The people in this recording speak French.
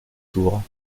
tours